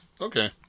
Okay